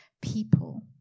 people